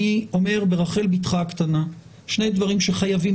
אני אומר ברחל בתך הקטנה ששני דברים חייבים